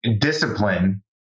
discipline